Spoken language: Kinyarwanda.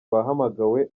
wahamagawe